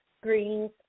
greens